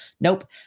Nope